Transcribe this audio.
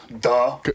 Duh